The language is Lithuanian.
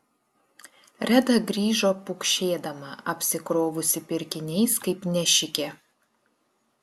reda grįžo pukšėdama apsikrovusi pirkiniais kaip nešikė